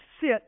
sit